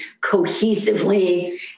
cohesively